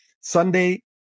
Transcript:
Sunday